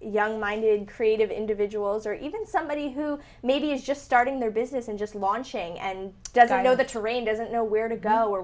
young minded creative individuals or even somebody who maybe is just starting their business and just launching and doesn't know the terrain doesn't know where to go or